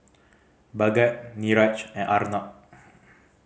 Bhagat Niraj and Arnab